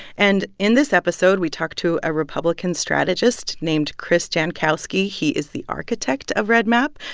and in this episode, we talk to a republican strategist named chris jankowski. he is the architect of redmap,